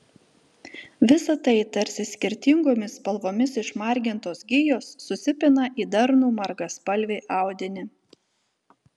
visa tai tarsi skirtingomis spalvomis išmargintos gijos susipina į darnų margaspalvį audinį